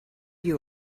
you